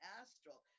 astral